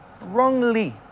wrongly